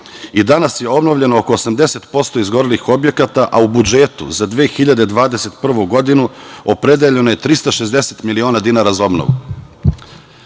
i danas je obnovljeno oko 80% izgorelih objekata, a u budžetu za 2021. godinu opredeljeno je 360 miliona dinara za